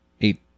eight